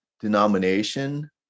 denomination